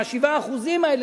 ה-7% האלה,